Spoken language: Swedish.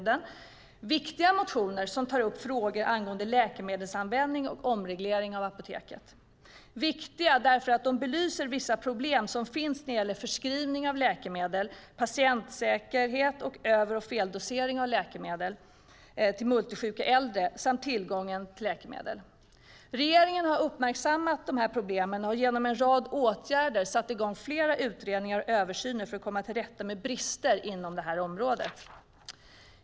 Det är viktiga motioner som tar upp frågor angående läkemedelsanvändning och omreglering av apoteket. Frågorna är viktiga därför att de belyser vissa problem som finns när det gäller förskrivning av läkemedel, patientsäkerhet och över och feldosering av läkemedel till multisjuka äldre samt tillgången till läkemedel. Regeringen har uppmärksammat problemen och med hjälp av en rad åtgärder satt i gång flera utredningar och översyner för att komma till rätta med brister på området.